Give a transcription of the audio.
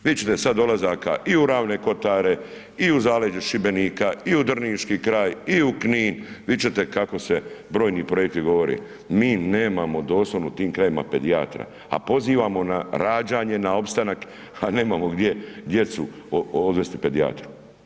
Vidjeti ćete sada dolazaka u ravne kotare i u zaleđu Šibenika i u drniški kraj i u Knin, vidjeti ćete kako se brojni projekti govore, mi nemamo doslovno tim krajevima pedijatra, a pozivamo na rađanje, na opstanak, a nemamo gdje djecu odvesti pedijatru.